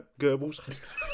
Goebbels